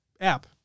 app